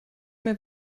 mehr